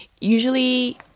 usually